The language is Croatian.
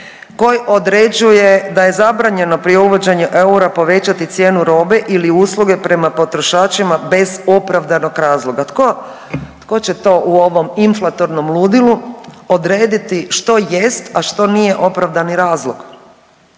koji određuje da je zabranjeno prije uvođenja eura povećati cijenu robe ili usluge prema potrošačima bez opravdanog razloga. Tko će to u ovom inflatornom ludilu odrediti što jest, a što nije opravdani razlog.